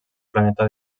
planeta